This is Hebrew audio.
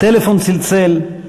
הטלפון צלצל,